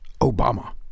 Obama